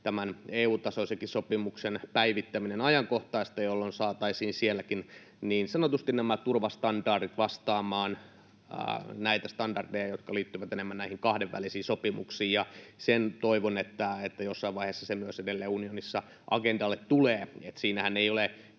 tämän EU-tasoisenkin sopimuksen päivittäminen ajankohtaista, jolloin saataisiin sielläkin niin sanotusti nämä turvastandardit vastaamaan näitä standardeja, jotka liittyvät enemmän näihin kahdenvälisiin sopimuksiin. Toivon, että se myös jossain vaiheessa edelleen tulee unionissa agendalle. Siinähän ei ole